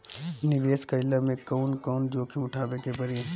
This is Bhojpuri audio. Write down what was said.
निवेस कईला मे कउन कउन जोखिम उठावे के परि?